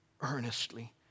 earnestly